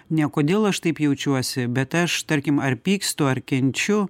ne kodėl aš taip jaučiuosi bet aš tarkim ar pykstu ar kenčiu